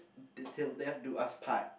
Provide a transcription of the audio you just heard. this till death do us part